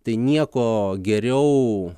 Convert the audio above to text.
tai nieko geriau